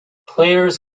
players